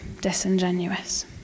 disingenuous